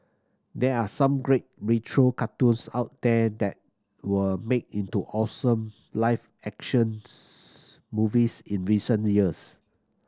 there are some great retro cartoons out there that were made into awesome live actions movies in recent years